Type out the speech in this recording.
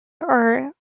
are